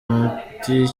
muti